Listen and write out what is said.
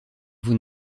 vous